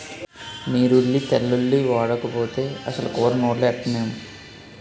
నీరుల్లి తెల్లుల్లి ఓడకపోతే అసలు కూర నోట్లో ఎట్టనేం